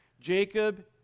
Jacob